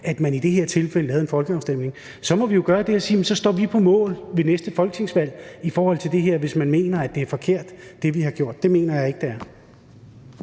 at man i det her tilfælde lavede en folkeafstemning. Så må vi jo gøre det, at vi siger, at vi står på mål for det her ved næste folketingsvalg, hvis man mener, at det, vi har gjort, er forkert. Det mener jeg ikke det er.